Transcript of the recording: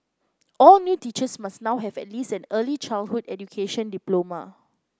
all new teachers must now have at least an early childhood education diploma